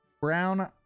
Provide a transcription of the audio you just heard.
brown